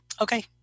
Okay